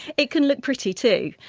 it can look pretty too.